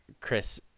Chris